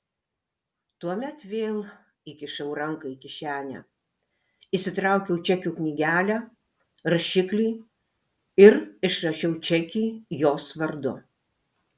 tuomet vėl įkišau ranką į kišenę išsitraukiau čekių knygelę rašiklį ir išrašiau čekį jos vardu